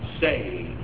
say